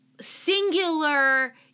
singular